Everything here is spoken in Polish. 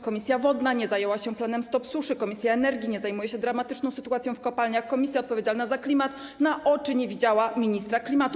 Komisja wodna nie zajęła się planem „Stop suszy!”, komisja energii nie zajmuje się dramatyczną sytuacją w kopalniach, członkowie komisji odpowiedzialnej za klimat na oczy nie widzieli ministra klimatu.